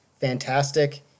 Fantastic